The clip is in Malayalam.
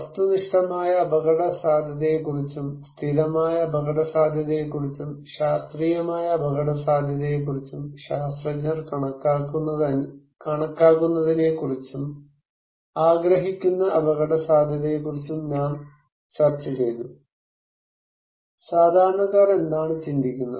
വസ്തുനിഷ്ടമായ അപകട അപകടസാധ്യതയെക്കുറിച്ചും സ്ഥിരമായ അപകടസാധ്യതയെക്കുറിച്ചും ശാസ്ത്രീയമായ അപകടസാധ്യതയെക്കുറിച്ചും ശാസ്ത്രജ്ഞർകണക്കാക്കുന്നതിനെക്കുറിച്ചും ആഗ്രഹിക്കുന്ന അപകടസാധ്യതയെക്കുറിച്ചും നാം ചർച്ച ചെയ്തു സാധാരണക്കാർ എന്താണ് ചിന്തിക്കുന്നത്